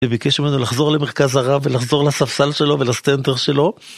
שביקש ממנו לחזור למרכז הרב ולחזור לספסל שלו ולסטנטר שלו